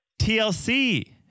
TLC